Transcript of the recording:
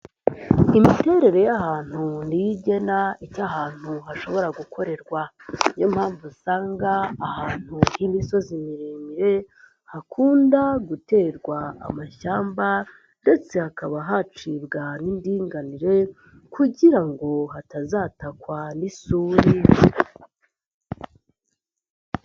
Imiterere y'ahantu niyo igena icyo ahantu hashobora gukorerwa, niyo mpamvu usanga ahantu h'imisozi miremire hakunda guterwa amashyamba ndetse hakaba hacibwa n'indinganire kugira ngo hatazatakwa n'isuri.